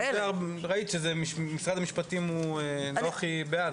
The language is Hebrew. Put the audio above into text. ראית שמשרד המשפטים לא הכי בעד,